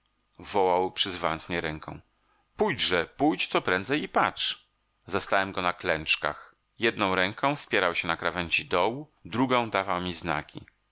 wołał przyzywając mnie ręką pójdżepójdźże pójdź coprędzej i patrz zastałem go na klęczkach jedną ręką wspierał się na krawędzi dołu drugą dawał mi znaki